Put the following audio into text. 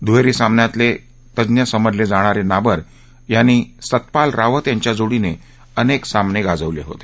दुहेरी सामन्यांतले तज्ञ समजले जाणारे नाबर यांनी सत्पाल रावत यांच्या जोडीने अनेक सामने गाजवले होते